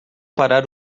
parar